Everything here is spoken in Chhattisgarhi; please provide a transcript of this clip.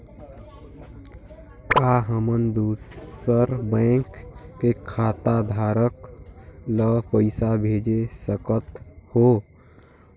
का हमन दूसर बैंक के खाताधरक ल पइसा भेज सकथ हों?